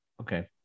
Okay